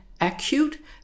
acute